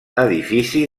edifici